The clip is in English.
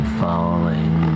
falling